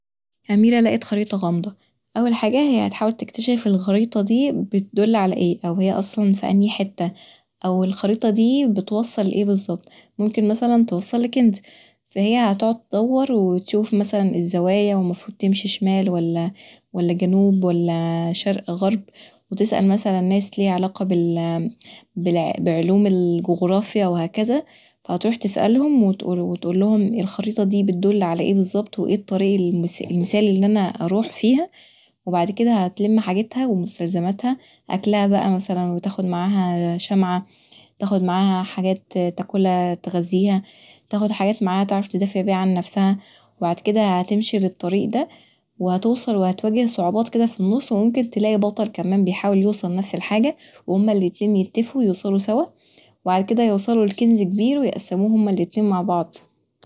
أميرة لقت خريطة غامضه، أول حاجه هي هتحاول تكتشف الخريطه دي بتدل علي ايه او هي اصلا في انهي حته، او الخريطه دي بتوصل لإيه بالظبط، ممكن مثلا توصل لكنز، فهي هتقعد تدور وتشوف مثلا الزوايا والمفروض تنشي شمال ولا ولا جنوب ولا شرق غرب وتسأل مثلا ناس ليها علاقه بعلوم الجغرافيا وهكذا فهتروح تسألهم وتقولهم الخريطه دي بتدل علي ايه بالظبط وايه الطريق المثالي ان انا اروح فيها وبعد كدا هتلم حاجتها ومستلزماتها أكلها بقي مثلا وتاخد معاها شمعة، تاخد معاها حاجات تاكلها، تغذيها تاخد حاجات معاها تعرف تدافع بيها عن نفسها بعد كدا هتمشي في الطريق دا طوهتوصل وهتواجه صعوبات كدا في النص وممكن تلاقي بطل كمان بيحاول يوصل لنفس الحاجه، وهما الأتنين يتفقوا يوصلوا سوا وبعد كدا يوصلوا لكنز كبير ويقسموه هما الأتنين مع بعض.